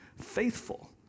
faithful